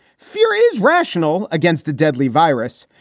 fear is rational against the deadly virus.